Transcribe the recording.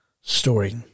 story